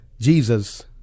Jesus